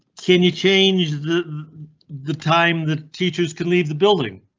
can you change the the time the teachers could leave the building?